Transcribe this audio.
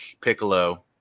Piccolo